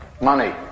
Money